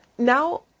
now